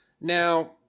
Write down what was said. Now